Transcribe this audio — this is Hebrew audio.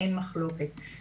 אין מחלוקת על כך.